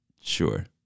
Sure